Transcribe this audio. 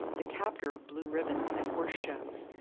the captor of blue ribbons at horse-shows,